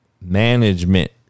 management